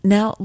Now